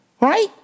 right